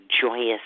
joyous